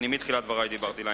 אני מתחילת דברי דיברתי לעניין.